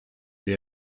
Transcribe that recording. des